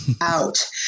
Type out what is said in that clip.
out